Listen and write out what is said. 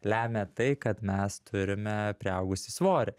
lemia tai kad mes turime priaugusį svorį